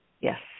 Yes